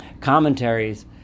commentaries